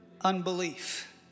unbelief